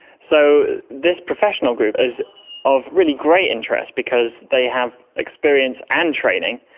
so this professional group is of really great interest because they have experience and training.